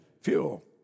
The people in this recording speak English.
Fuel